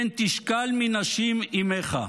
כן תשכל מנשים אִמך."